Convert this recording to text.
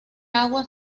agua